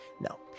No